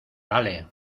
vale